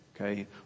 Okay